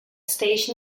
stage